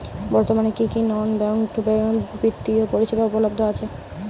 বর্তমানে কী কী নন ব্যাঙ্ক বিত্তীয় পরিষেবা উপলব্ধ আছে?